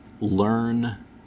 learn